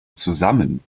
zusammen